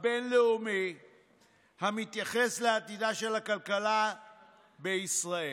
הבין-לאומי המתייחס לעתידה של הכלכלה בישראל,